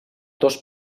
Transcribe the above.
tos